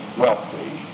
wealthy